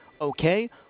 Okay